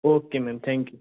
okay ma'am thank you